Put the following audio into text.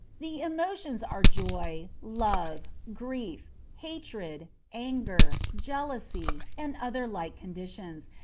the emotions are joy, love, grief, hatred, anger, jealousy, and other like conditions,